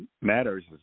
matters